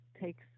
takes